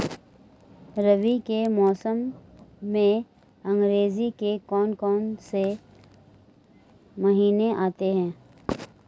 रबी के मौसम में अंग्रेज़ी के कौन कौनसे महीने आते हैं?